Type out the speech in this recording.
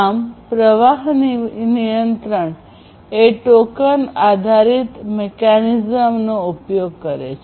આમ પ્રવાહ નિયંત્રણ એ ટોકન આધારિત મિકેનિઝમનો ઉપયોગ કરે છે